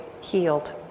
healed